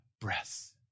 Breath